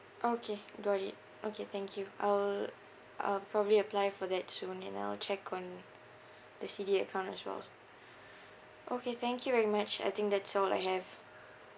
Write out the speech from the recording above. okay got it okay thank you I'll I'll probably apply for that soon and I will check on the C_D_A account as well okay thank you very much I think that's all I have